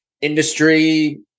industry